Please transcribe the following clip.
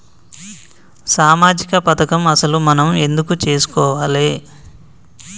సామాజిక పథకం అసలు మనం ఎందుకు చేస్కోవాలే?